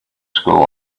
school